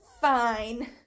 fine